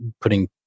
putting